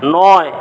নয়